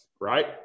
right